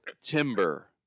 Timber